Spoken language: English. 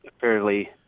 fairly